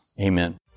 Amen